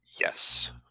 Yes